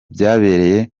byabereye